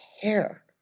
care